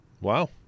Wow